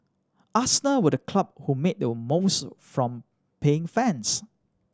Arsenal were the club who made the most from paying fans